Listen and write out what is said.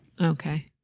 Okay